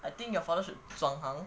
I think your father should 转行